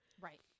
right